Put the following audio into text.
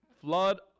flood